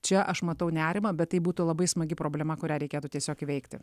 čia aš matau nerimą bet tai būtų labai smagi problema kurią reikėtų tiesiog įveikti